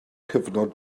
cyfnod